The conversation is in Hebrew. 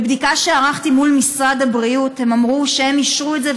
בבדיקה שערכתי מול משרד הבריאות הם אמרו שהם אישרו את זה,